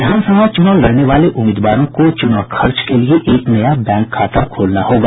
विधानसभा चूनाव लड़ने वाले उम्मीदवारों को चूनाव खर्च के लिए एक नया बैंक खाता खोलना होगा